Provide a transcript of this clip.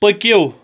پٔکِو